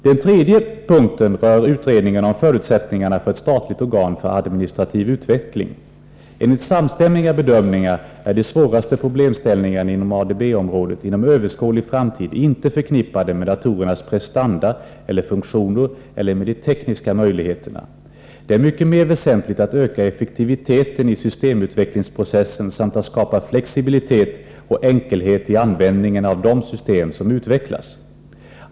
Den tredje punkten rör utredning om förutsättningarna för ett statligt organ för administrativ utveckling. Enligt samstämmiga bedömningar är de svåraste problemställningarna inom ADB-området inom överskådlig framtid inte förknippade med datorernas prestanda eller funktioner eller med de tekniska möjligheterna. Det är mycket mer väsentligt att öka effektiviteten i systemutvecklingsprocessen samt att skapa flexibilitet och enkelhet i användningen av de system som utvecklas.